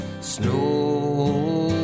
snow